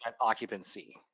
occupancy